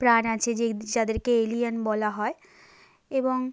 প্রাণ আছে যেই যাদেরকে এলিয়েন বলা হয় এবং